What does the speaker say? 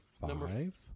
five